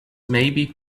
maybe